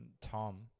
Tom